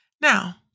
Now